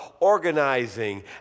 organizing